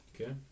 Okay